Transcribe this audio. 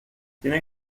tiene